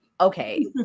okay